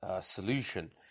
solution